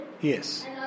Yes